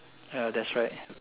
ya that's right